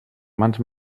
mans